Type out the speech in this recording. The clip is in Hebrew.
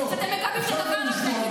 שאתם מגבים את הדבר הזה.